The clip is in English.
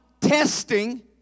testing